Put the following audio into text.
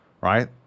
right